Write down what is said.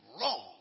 wrong